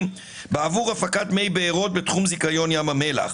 בעבור הפקת מי בארות בתחום זיכיון ים המלח.